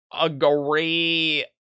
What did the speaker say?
agree